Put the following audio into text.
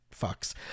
fucks